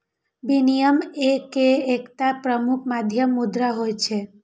विनिमय के एकटा प्रमुख माध्यम मुद्रा होइ छै